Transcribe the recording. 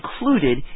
included